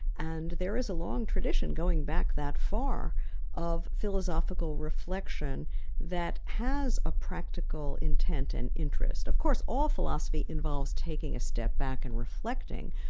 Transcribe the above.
and there is a long tradition going back that far of philosophical reflection that has a practical intent and interest. of course all philosophy involves taking a step back and reflecting,